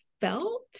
felt